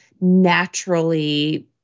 naturally